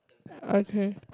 okay